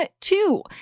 two